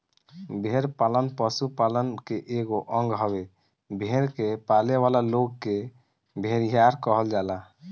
भेड़ पालन पशुपालन के एगो अंग हवे, भेड़ के पालेवाला लोग के भेड़िहार कहल जाला